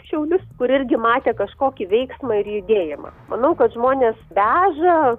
šiaulius kur irgi matė kažkokį veiksmą ir judėjimą manau kad žmonės veža